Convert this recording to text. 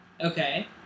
Okay